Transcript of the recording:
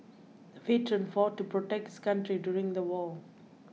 the veteran fought to protect his country during the war